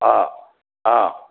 ஆ ஆ